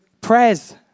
prayers